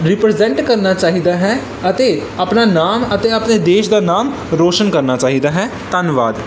represent ਕਰਨਾ ਚਾਹੀਦਾ ਹੈ ਅਤੇ ਆਪਣਾ ਨਾਮ ਅਤੇ ਆਪਣੇ ਦੇਸ਼ ਦਾ ਨਾਮ ਰੋਸ਼ਨ ਕਰਨਾ ਚਾਹੀਦਾ ਹੈ ਧੰਨਵਾਦ